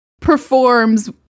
performs